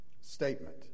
statement